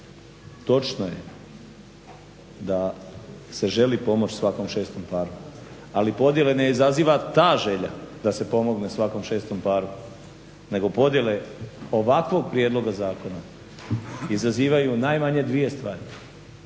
Točno je da se želi pomoći svakom 6 paru, ali podjele ne izaziva ta želja, da se pomogne svakom 6 paru, nego podjele ovakvog prijedloga zakona. Izazivaju najmanje 2 stvari,